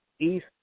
East